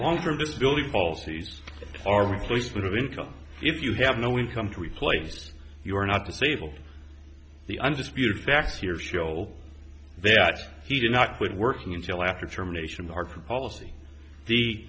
long term disability falsies are replaced with income if you have no income to replace you are not disabled the undisputed facts here show that he did not quit working until after terminations are policy the